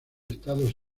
estados